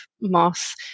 moss